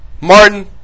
Martin